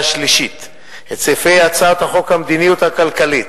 השלישית את סעיפי הצעת חוק המדיניות הכלכלית